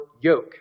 yoke